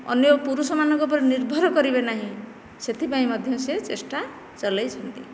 ଅନ୍ୟ ପୁରୁଷ ମାନଙ୍କ ଉପରେ ନିର୍ଭର କରିବେ ନାହିଁ ସେଥିପାଇଁ ମଧ୍ୟ ସେ ଚେଷ୍ଟା ଚଲାଇଛନ୍ତି